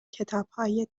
کتابهای